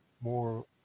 more